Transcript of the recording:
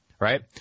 right